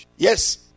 Yes